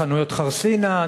חנויות חרסינה.